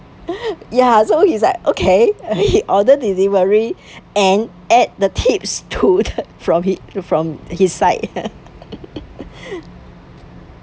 ya so he's like okay he ordered delivery and added the tips to the from he from his side